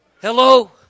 hello